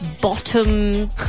bottom